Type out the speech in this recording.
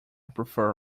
prefer